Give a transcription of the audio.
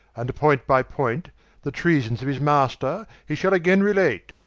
and point by point the treasons of his maister, he shall againe relate.